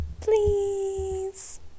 Please